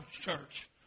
church